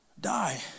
die